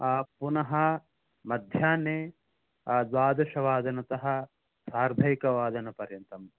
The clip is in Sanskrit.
पुनः मध्याह्ने द्वादशवादनतः सार्धैकवादनपर्यन्तम्